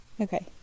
Okay